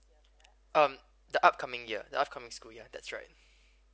um the upcoming year the upcoming school year that's right